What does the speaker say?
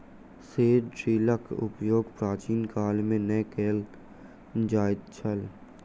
seed ड्रीलक उपयोग प्राचीन काल मे नै कय ल जाइत छल